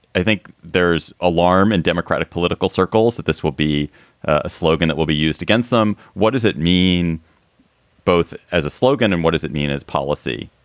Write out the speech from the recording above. i think there's alarm in democratic political circles that this will be a slogan that will be used against them. what does it mean both as a slogan and what does it mean as policy?